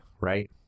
right